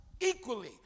equally